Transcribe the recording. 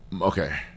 Okay